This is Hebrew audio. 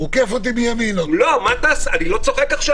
אני לא צוחק.